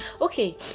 okay